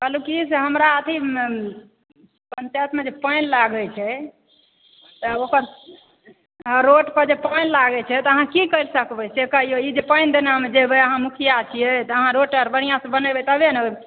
कहलहुॅं की से हमरा अथी पंचायतमे जे पानि लागै छै तऽ ओकर रोड पर जे पानि लागै छै तऽ अहाँ की करि सकबै से कहियो ई जे पानि देने हम जेबै अहाँ मुखिया छियै तऽ अहाँ रोड आर बढ़िआँसॅं बनेबै तब्बे ने